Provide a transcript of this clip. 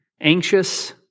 Anxious